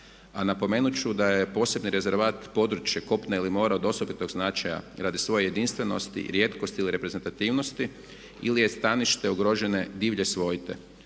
A napomenut ću da je posljednji rezervat područje kopna ili mora od osobitog značaja radi svoje jedinstvenosti, rijetkosti ili reprezentativnosti ili je stanište ugrožene divlje svojte.